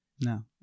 no